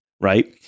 Right